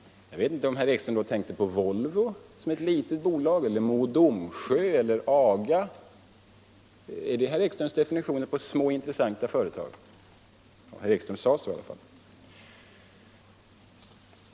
Jag vet inte om herr Ekström då tänker på Volvo som ett litet bolag eller Mo och Domsjö eller AGA. Är det herr Ekströms definition på små, intressanta företag? Herr Ekström uttryckte sig i alla fall på det sättet.